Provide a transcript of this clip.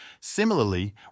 Similarly